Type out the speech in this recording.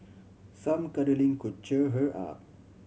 some cuddling could cheer her up